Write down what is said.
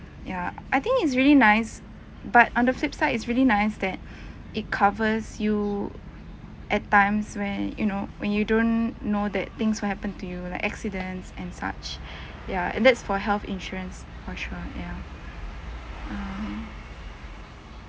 ya I think it's really nice but on the flip side it's really nice that it covers you at times where you know when you don't know that things will happen to you like accidents and such ya that's for health insurance for sure ya um